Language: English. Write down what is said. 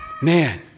Man